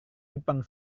jepang